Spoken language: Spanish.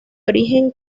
origen